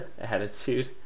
attitude